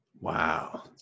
Wow